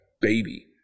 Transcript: baby